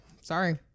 sorry